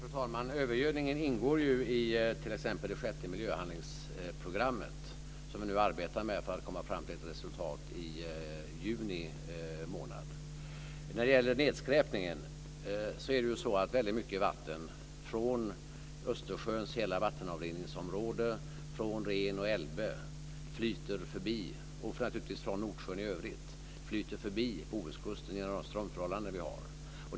Fru talman! Övergödningen ingår ju i t.ex. det sjätte miljöhandlingsprogrammet, som vi nu arbetar med för att komma fram till ett resultat i juni månad. När det gäller nedskräpningen flyter ju väldigt mycket vatten från Östersjöns hela vattenavrinningsområde och från Rhen och Elbe, och naturligtvis från Nordsjön i övrigt, förbi Bohuskusten genom de strömförhållanden som vi har.